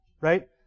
right